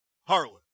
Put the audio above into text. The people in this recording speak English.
Harlan